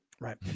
Right